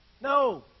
No